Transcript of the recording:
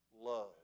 love